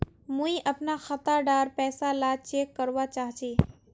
मुई अपना खाता डार पैसा ला चेक करवा चाहची?